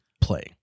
playing